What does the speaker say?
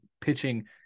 pitching